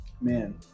Man